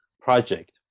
project